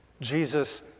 Jesus